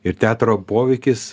ir teatro poveikis